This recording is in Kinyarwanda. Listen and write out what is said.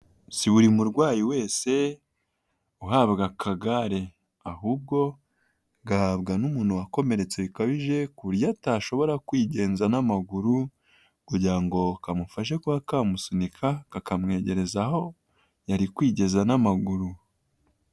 Si buri murwayi wese uhabwa akagare, ahubwo gahabwa n'umuntu wakomeretse bikabije ku buryo atashobora kwigenza n'amaguru kugira ngo kamufashe kuba kamusunika, kakamwegereza aho yari kwigeza n'amaguru.